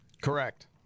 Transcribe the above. Correct